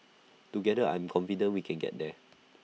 together I am confident we can get there